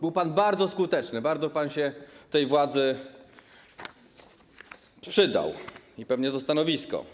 Był pan bardzo skuteczny, bardzo pan się tej władzy przydał i pewnie to stanowisko.